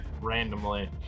randomly